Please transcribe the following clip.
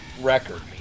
record